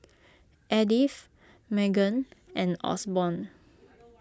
Edith Meghann and Osborne